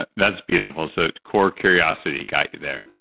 ah that's beautiful. so, core curiosity got you there?